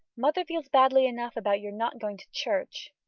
mother feels badly enough about your not going to church.